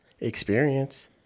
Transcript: experience